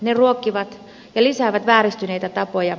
ne ruokkivat ja lisäävät vääristyneitä tapoja